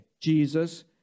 Jesus